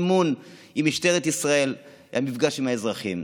את האמון עם משטרת ישראל במפגש עם האזרחים.